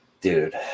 dude